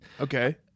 Okay